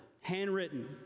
handwritten